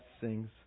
sings